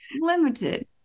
limited